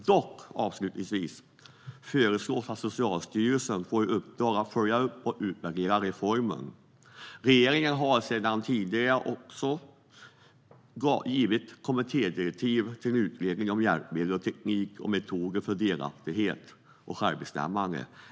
Dock föreslås att Socialstyrelsen får i uppdrag att följa upp och utvärdera reformen. Regeringen har också sedan tidigare gett kommittédirektiv till en utredning om hjälpmedel, teknik och metoder för delaktighet och självbestämmande.